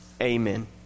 Amen